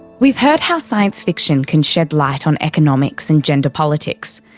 we've heard how science fiction can shed light on economics and gender politics.